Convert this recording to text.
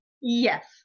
Yes